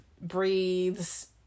breathes